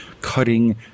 cutting